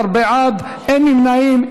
בעד, אין נמנעים.